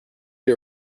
you